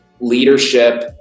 leadership